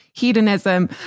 Hedonism